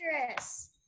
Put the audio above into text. dangerous